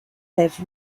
have